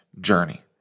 journey